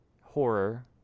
Horror